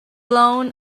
blown